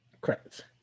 correct